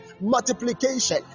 multiplication